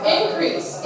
Increase